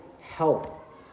help